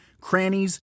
crannies